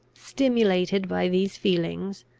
stimulated by these feelings,